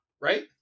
right